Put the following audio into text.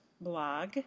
blog